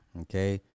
Okay